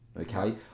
Okay